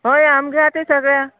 हय आमगे आतां सगळ्या